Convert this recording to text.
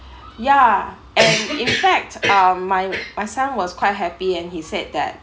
ya and in fact um my my son was quite happy and he said that